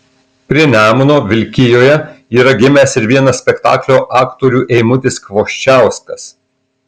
prie nemuno vilkijoje yra gimęs ir vienas spektaklio aktorių eimutis kvoščiauskas